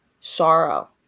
sorrow